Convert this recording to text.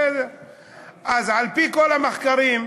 אז על-פי כל המחקרים,